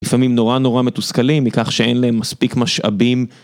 לפעמים נורא נורא מתוסכלים מכך שאין להם מספיק משאבים.